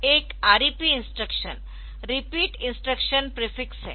एक REP instruction repeat instruction prefix है